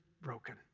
broken